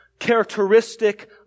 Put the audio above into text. Characteristic